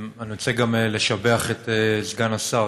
אני רוצה לשבח גם את סגן השר,